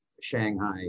Shanghai